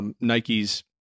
Nike's